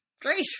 Great